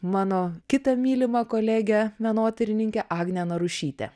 mano kita mylima kolegė menotyrininkė agnė narušytė